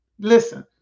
listen